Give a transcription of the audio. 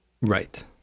Right